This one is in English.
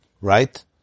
Right